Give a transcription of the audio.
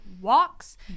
walks